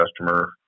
Customer